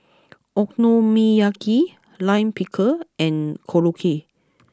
Okonomiyaki Lime Pickle and Korokke